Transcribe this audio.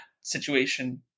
situation